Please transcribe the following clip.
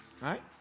Right